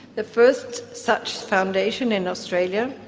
the first such foundation in australia,